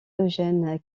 eugène